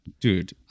Dude